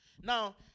Now